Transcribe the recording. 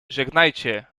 żegnajcie